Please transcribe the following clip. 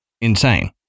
insane